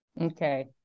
Okay